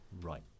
right